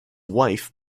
wife